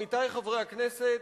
עמיתי חברי הכנסת,